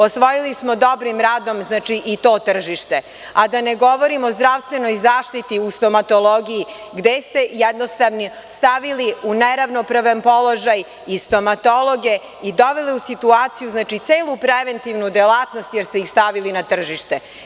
Osvojili smo dobrim radom i to tržište, a da ne govorim o zdravstvenoj zaštiti u stomatologiji gde ste jednostavno stavili u neravnopravan položaj i stomatologe i doveli u situaciju celu preventivnu delatnost jer ste ih stavili na tržište.